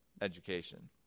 education